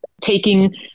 taking